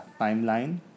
timeline